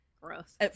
Gross